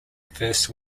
first